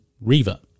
Reva